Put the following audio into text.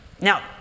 Now